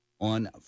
on